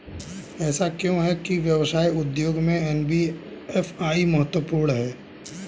ऐसा क्यों है कि व्यवसाय उद्योग में एन.बी.एफ.आई महत्वपूर्ण है?